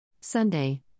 Sunday